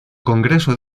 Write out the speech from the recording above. congreso